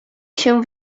się